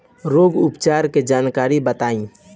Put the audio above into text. रोग उपचार के जानकारी बताई?